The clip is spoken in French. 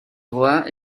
droit